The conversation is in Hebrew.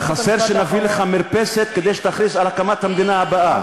חסר שנביא לך מרפסת כדי שתכריז על הקמת המדינה הבאה.